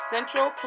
Central